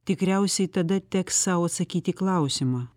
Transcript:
tikriausiai tada teks sau atsakyt į klausimą